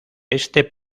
este